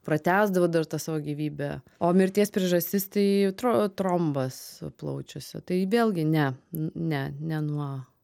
pratęsdavo dar tą savo gyvybę o mirties priežastis tai tro trombas plaučiuose tai vėlgi ne ne ne nuo